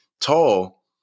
tall